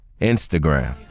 Instagram